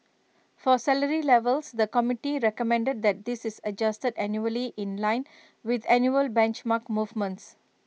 for salary levels the committee recommended that this is adjusted annually in line with annual benchmark movements